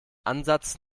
ansatz